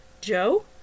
Joe